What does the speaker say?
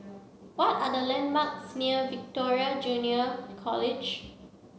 what are the landmarks near Victoria Junior College